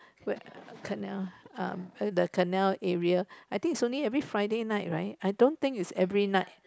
where canal um the canal area I think is only every Friday night right I don't think is every night